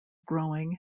growing